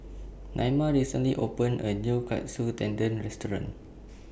Naima recently opened A New Katsu Tendon Restaurant